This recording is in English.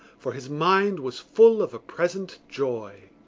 for his mind was full of a present joy.